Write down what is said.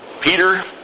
Peter